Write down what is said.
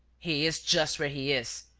he is just where he is,